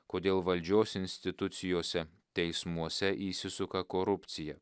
kodėl valdžios institucijose teismuose įsisuka korupcija